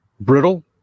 Brittle